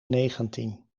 negentien